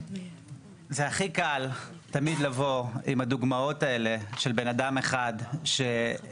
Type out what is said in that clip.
זה הכי קל תמיד לבוא עם הדוגמאות האלה של בן אדם אחד שאיכשהו